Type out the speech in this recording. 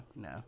no